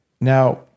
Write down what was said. Now